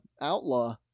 Outlaw